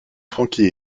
frankie